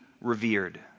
revered